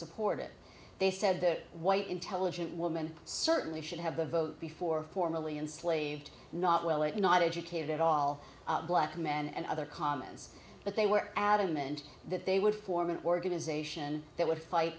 support it they said the white intelligent woman certainly should have a vote before formerly enslaved not well it not educated at all black men and other comments but they were adamant that they would form an organization that would fight